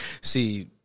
see